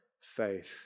faith